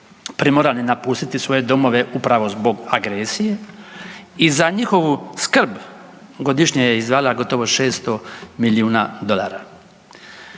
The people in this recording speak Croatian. primorani napustiti svoje domove upravo zbog agresije i za njihovu skrb godišnje je izdvajala gotovo 600 milijuna dolara.